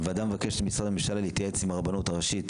הוועדה מבקשת ממשרדי הממשלה להתייעץ עם הרבנות הראשית